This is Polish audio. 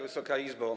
Wysoka Izbo!